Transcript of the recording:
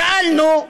שאלנו,